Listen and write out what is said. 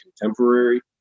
contemporary